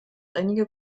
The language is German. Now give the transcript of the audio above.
einige